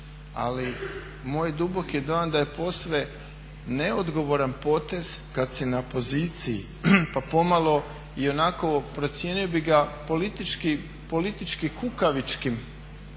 Ali moj je duboki dojam da je posve neodgovoran potez kad si na poziciji pa pomalo i onako procijenio bi ga politički kukavičkim